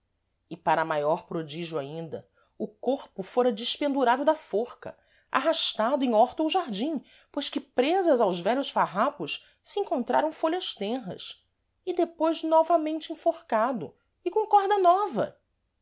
e para maior prodígio ainda o corpo fôra despendurado da forca arrastado em horta ou jardim pois que prêsas aos vélhos farrapos se encontraram fôlhas tenras e depois novamente enforcado e com corda nova